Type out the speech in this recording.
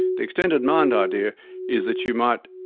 the extended mind idea is that you might,